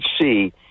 see